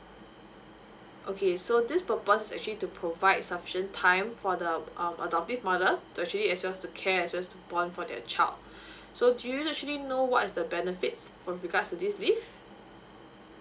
okay so this purpose is actually to provide sufficient time for the um adoptive mother to actually as well as to care just born for their child so do you actually know what is the benefits with regards to this leave